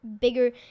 bigger